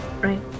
Right